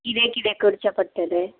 किदें किदें करचें पडटलें